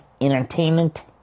entertainment